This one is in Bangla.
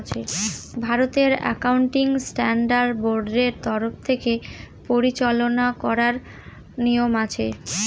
ভারতের একাউন্টিং স্ট্যান্ডার্ড বোর্ডের তরফ থেকে পরিচালনা করার নিয়ম আছে